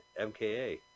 MKA